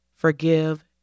Forgive